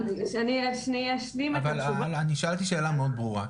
אני שאלתי שאלה מאוד ברורה.